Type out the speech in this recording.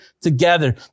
together